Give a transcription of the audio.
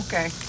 Okay